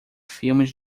filmes